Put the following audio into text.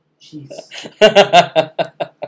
jeez